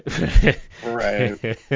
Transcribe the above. Right